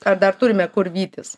ar dar turime kur vytis